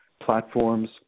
platforms